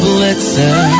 Blitzer